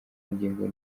ngingo